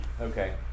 Okay